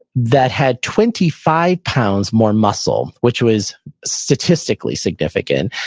that had twenty five pounds more muscle, which was statistically significant.